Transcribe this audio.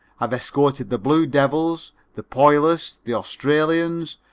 i've escorted the blue devils, the poilus, the australians,